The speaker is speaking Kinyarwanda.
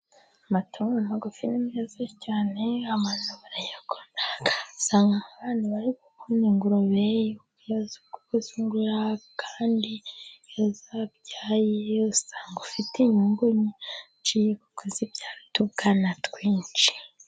Amatungo magufi ni meza cyane abantu barayakorasanga abana bari kubona ingurube kuko izungura kandi ya zabyariye usanga ufite inyungu nyinshiye kukozibyaradukanawana twinshi.